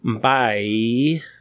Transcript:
Bye